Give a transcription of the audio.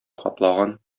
каплаган